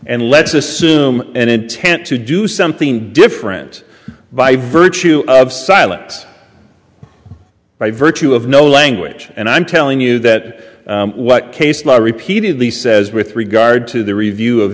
and let's assume an intent to do something different by virtue of silence by virtue of no language and i'm telling you that what case law repeatedly says with regard to the review of